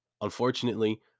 Unfortunately